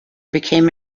became